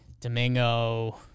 Domingo